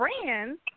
friends